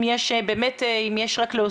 אם יש רק להוסיף,